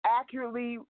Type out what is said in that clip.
accurately